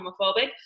homophobic